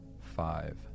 five